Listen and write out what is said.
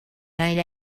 night